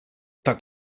tak